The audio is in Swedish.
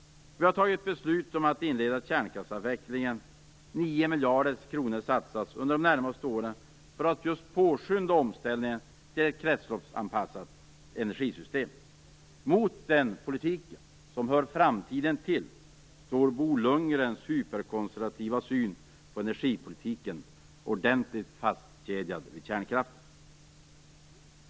Vi har fattat beslut om att inleda kärnkraftsavvecklingen. 9 miljarder kronor satsas under de närmaste åren för att påskynda omställningen till ett kretsloppsanpassat energisystem. Mot den politiken, som hör framtiden till, står Bo Lundgrens hyperkonservativa syn på energipolitiken ordentligt fastkedjad vid kärnkraften.